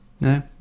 No